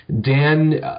Dan